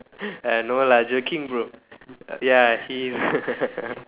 uh no lah joking bro err ya he